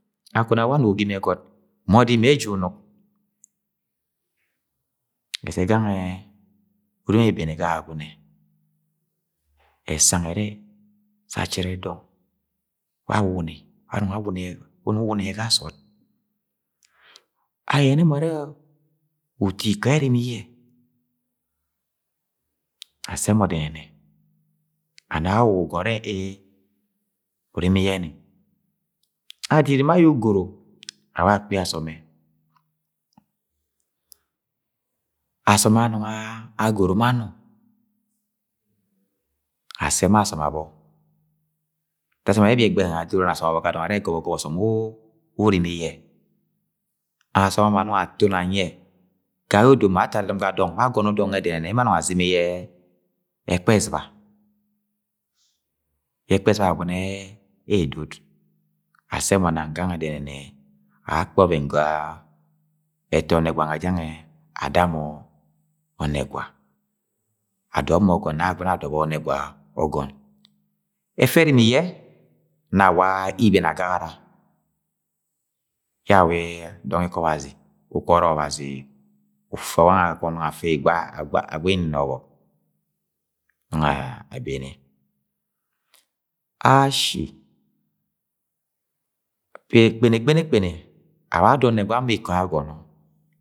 Akono awa anugo ga ini ẹgọt ma ọdimẹ eji yẹ unuk, ẹssẹ gangẹ urom ebebene ga Agwagine ẹsang ẹrẹ sẹ achẹrẹ dọng bẹ awuwuni ba anong awuni yẹ wu unong uwuni ye ga sọọd. Ayẹnẹ mọ arẹ uto ikọ yẹ ẹrimi yẹ assẹ mọ dẹnẹnẹ ana awawọk ugọnọ ure ee urimi yẹ ni adiri ma aye ugoro awa akpi asọm ẹ, asọm ẹ, anong agoro ma nọ asse ma asọm abọ, dasam ẹrẹ ẹbi ẹgbẹghẹ nwẹ adoro ni asom sbọ ga dong arẹ gọbọ-gọbọ ọsọm wa urimi yẹasọm abö ma anọng aton anyi yẹ. Gayẹ odoma ato adadɨm ga dong ba agọnọ dọng nwe dẹnẹnẹ ẹmo anọng azimi yẹ ẹpe ẹzɨna, yẹ ẹkpẹ ezɨba Agwagune edod assẹ mo nang gamge denene akpe ọvẹn ga ẹtọ ọnẹgwa nwẹ jangẹ ada mọ ọnẹgwa, adọp mö ọgọn nẹ Agwagune adọbọ onẹgwa ọgọn, ẹfẹ ẹrimi yẹ nọ awa iben wange agagara yẹ awa dọng ɪkobazi, ukwọrọ Ọrọk Ọbazi ufe wangẹ agbai-nọnọ Ọbọk nọngọ abene, ashi kpene, kpene, kpene awa ada onegwa wẹ ama ikoẹagọnọ.